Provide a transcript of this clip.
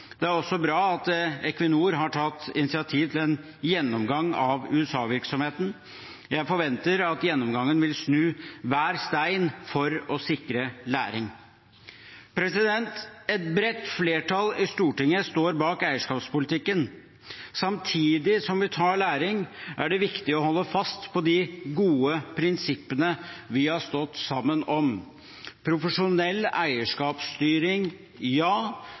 Det er også bra at Equinor har tatt initiativ til en gjennomgang av USA-virksomheten. Jeg forventer at man i gjennomgangen vil snu hver stein for å sikre læring. Et bredt flertall i Stortinget står bak eierskapspolitikken. Samtidig som vi tar læring, er det viktig å holde fast på de gode prinsippene vi har stått sammen om: profesjonell eierskapsstyring, ja,